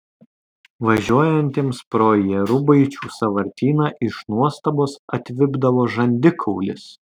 važiuojantiems pro jėrubaičių sąvartyną iš nuostabos atvipdavo žandikaulis